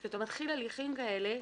כשאתה מתחיל הליכים כאלה,